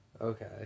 Okay